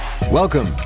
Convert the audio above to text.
Welcome